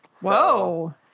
Whoa